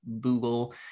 Google